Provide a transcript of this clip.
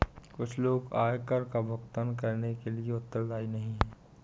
कुछ लोग आयकर का भुगतान करने के लिए उत्तरदायी नहीं हैं